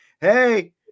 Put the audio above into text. Hey